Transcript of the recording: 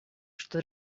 что